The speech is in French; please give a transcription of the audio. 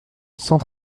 cent